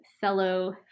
fellow